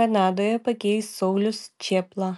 kanadoje pakeis saulius čėpla